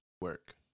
work